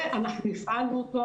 ואנחנו הפעלנו אותו.